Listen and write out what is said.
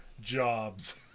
Jobs